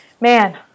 Man